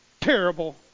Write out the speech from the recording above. Terrible